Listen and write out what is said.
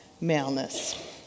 maleness